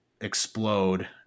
explode